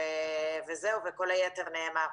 וכל היתר נאמר.